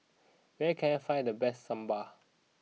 where can I find the best Sambar